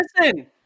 listen